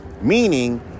Meaning